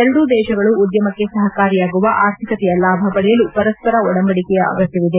ಎರಡೂ ದೇಶಗಳು ಉದ್ದಮಕ್ಕೆ ಸಹಕಾರಿಯಾಗುವ ಆರ್ಥಿಕತೆಯ ಲಾಭ ಪಡೆಯಲು ಪರಸ್ವರ ಒಡಂಬಡಿಕೆಯ ಅಗತ್ವವಿದೆ